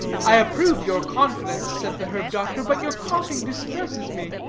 i approve your confidence, said the herb-doctor but your coughing distresses me,